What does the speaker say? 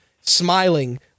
smiling